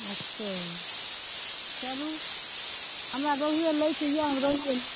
अच्छा चलु हमरा रोहुए लैके यऽ हम रोहुए लेब